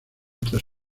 tras